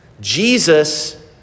Jesus